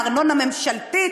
מארנונה ממשלתית.